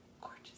Gorgeous